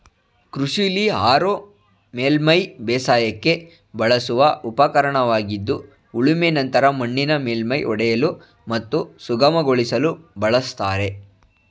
ಕೃಷಿಲಿ ಹಾರೋ ಮೇಲ್ಮೈ ಬೇಸಾಯಕ್ಕೆ ಬಳಸುವ ಉಪಕರಣವಾಗಿದ್ದು ಉಳುಮೆ ನಂತರ ಮಣ್ಣಿನ ಮೇಲ್ಮೈ ಒಡೆಯಲು ಮತ್ತು ಸುಗಮಗೊಳಿಸಲು ಬಳಸ್ತಾರೆ